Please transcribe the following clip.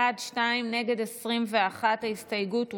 בעד, שניים, נגד, 21. ההסתייגות הוסרה.